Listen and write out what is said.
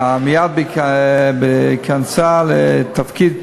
מייד בהיכנסה לתפקיד,